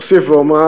אוסיף ואומר